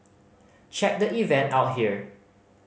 check the event out here